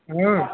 हँ